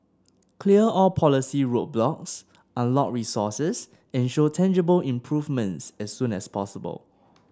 clear all policy roadblocks unlock resources and show tangible improvements as soon as possible